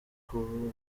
ubu